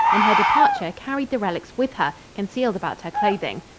on her departure carried the relics with her, concealed about her clothing.